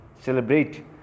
celebrate